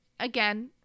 Again